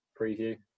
preview